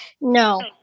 no